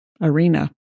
arena